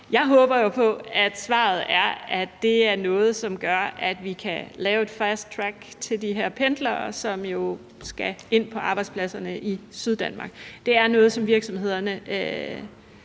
Jeg håber jo på, at svaret er, at det er noget, som gør, at vi kan lave et fasttrack til de her pendlere, som jo skal ind på arbejdspladserne i Syddanmark. Det er noget, som virksomhederne